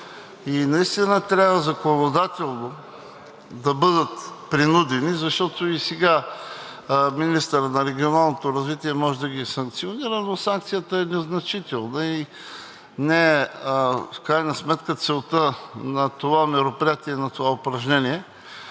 и наистина трябва законодателно да бъдат принудени, защото и сега министърът на регионалното развитие може да ги санкционира, но санкцията е незначителна и не е в крайна сметка целта на това мероприятие и на това упражнение.